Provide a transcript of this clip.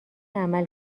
عمل